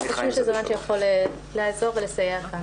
אנחנו חושבים שזה משהו שיכול לעזור ולסייע כאן.